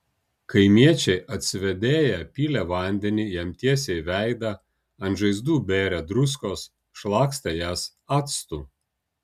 kaimiečiai atsivėdėję pylė vandenį jam tiesiai į veidą ant žaizdų bėrė druskos šlakstė jas actu